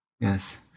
Yes